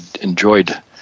enjoyed